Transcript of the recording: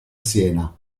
siena